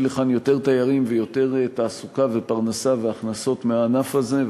לכאן יותר תיירים ויותר תעסוקה ופרנסה והכנסות מהענף הזה,